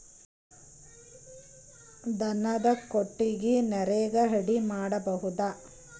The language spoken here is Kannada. ದನದ ಕೊಟ್ಟಿಗಿ ನರೆಗಾ ಅಡಿ ಮಾಡಬಹುದಾ?